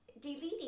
deleting